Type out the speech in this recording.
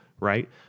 Right